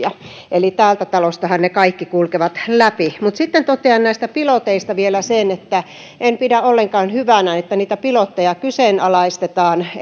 eli täältä talostahan ne kaikki kulkevat läpi sitten totean näistä piloteista vielä sen että en pidä ollenkaan hyvänä että niitä pilotteja kyseenalaistetaan